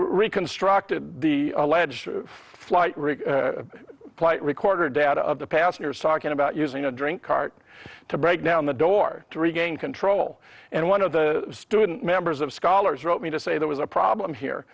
reconstructed the alleged flight risk of flight recorder data of the passengers talking about using a drink cart to break down the door to regain control and one of the student members of scholars wrote me to say there was a problem here